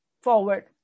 forward